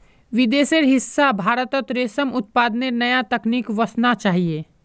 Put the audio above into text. विदेशेर हिस्सा भारतत रेशम उत्पादनेर नया तकनीक वसना चाहिए